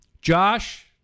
Josh